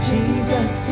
Jesus